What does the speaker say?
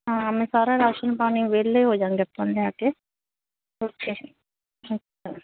ਹਾਂ ਮੈਂ ਸਾਰਾ ਰਾਸ਼ਨ ਪਾਣੀ ਵਿਹਲੇ ਹੋ ਜਾਵਾਂਗੇ ਆਪਾਂ ਲਿਆ ਕੇ ਉੱਥੇ ਅੱਛਾ